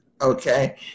okay